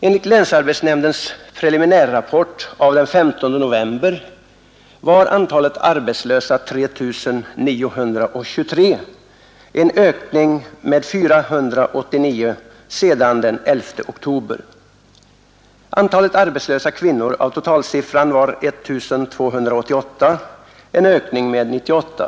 Enligt länsarbetsnämndens preliminärrapport den 15 november var antalet arbetslösa 3 923, en ökning med 489 sedan den 11 oktober. Antalet arbetslösa kvinnor av totalsiffran var 1 288, en ökning med 98.